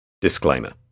Disclaimer